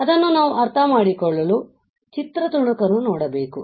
ಅದನ್ನು ನಾವು ಅರ್ಥ ಮಾಡಿಕೊಳ್ಳಲು ಚಿತ್ರ ತುಣುಕನ್ನು ನೋಡಬೇಕು